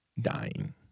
dying